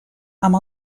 amb